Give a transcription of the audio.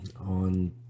on